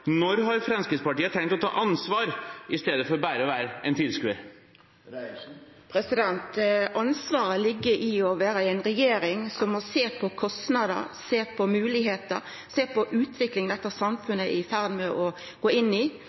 Når har Fremskrittspartiet tenkt å ta ansvar i stedet for bare å være en tilskuer? Det ansvaret ligg i å vera i ei regjering som må sjå på kostnader, sjå på moglegheiter, sjå på utviklinga dette samfunnet er i ferd med å gå inn i.